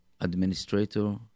administrator